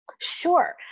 Sure